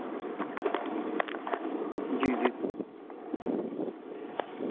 جی جی سر